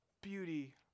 beauty